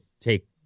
take